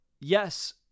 yes